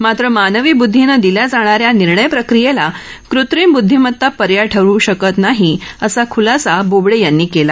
मात्र मानवी ब्दधीनं दिल्या जाणा या निर्णयप्रक्रियेला कृत्रिम ब्दधिमत्ता पर्याय ठरु शकत नाही असा खूलासा बोबडे यांनी केला